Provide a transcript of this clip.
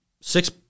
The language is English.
six